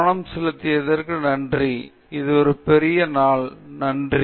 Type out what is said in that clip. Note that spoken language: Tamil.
கவனம் செலுத்தியதற்கு நன்றி இது ஒரு பெரிய நாள் நன்றி